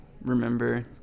remember